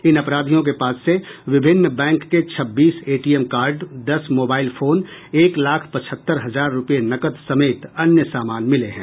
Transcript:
इन अपराधियों के पास से विभिन्न बैंक के छब्बीस एटीएम कार्ड दस मोबाइल फोन एक लाख पचहत्तर हजार रुपये नकद समेत अन्य सामान मिले हैं